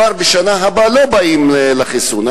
ובשנה הבאה הם כבר לא באים לקבל חיסון.